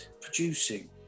producing